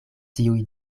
tiuj